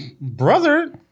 brother